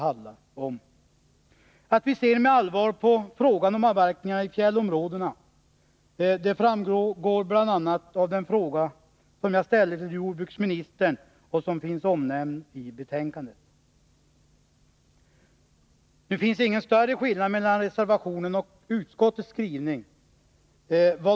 Att vi ser med allvar på frågan om avverkningarna i fjällområdena framgår bl.a. av den fråga som jag ställde till jordbruksministern och som finns Nu finns det emellertid ingen större skillnad mellan reservationen och utskottets skrivning.